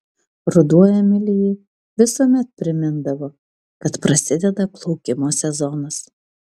ruduo emilijai visuomet primindavo kad prasideda plaukimo sezonas